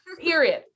period